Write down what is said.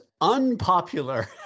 unpopular